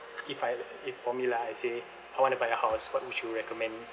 if I if for me lah I say I want to buy a house what would you recommend